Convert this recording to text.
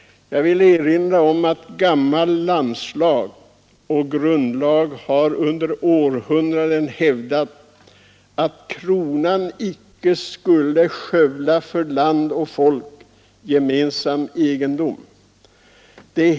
Låt mig erinra om att gammal landslag och grundlag under århundraden har hävdat att kronan icke skall skövla för land och folk gemensam egendom.